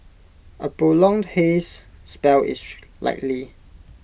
A prolonged haze spell is likely